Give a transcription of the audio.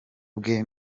bwe